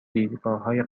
دیدگاههای